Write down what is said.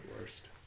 Worst